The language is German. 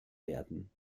werden